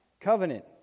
covenant